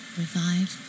revive